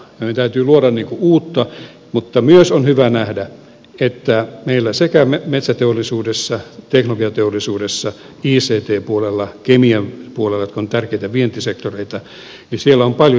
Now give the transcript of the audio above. meidän täytyy luoda uutta mutta myös on hyvä nähdä että meillä sekä metsäteollisuudessa teknologiateollisuudessa ict puolella kemian puolella jotka ovat tärkeitä vientisektoreita on paljon hyvää tulossa